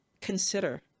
consider